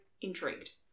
intrigued